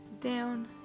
down